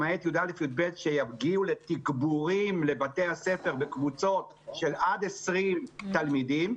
למעט י"א-י"ב שיגיעו לתגבורים לבתי הספר בקבוצות של עד 20 תלמידים,